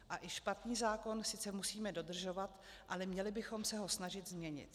A i špatný zákon sice musíme dodržovat, ale měli bychom se ho snažit změnit.